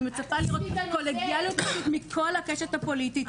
אני מצפה לראות קולגיאליות מכל הקשת הפוליטית,